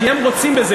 כי הם רוצים בזה,